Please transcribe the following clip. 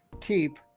keep